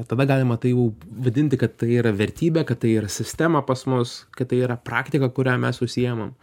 tada galima tai jau vadinti kad tai yra vertybė kad tai yra sistema pas mus kad tai yra praktika kuria mes užsiimam